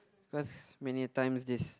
cause many a times this